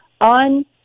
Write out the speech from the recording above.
on